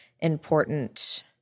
important